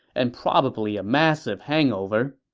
and probably a massive hangover,